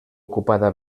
ocupada